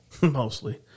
Mostly